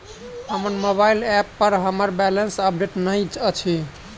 हमर mobile app पर हमर बैलेंस अपडेट नहि अछि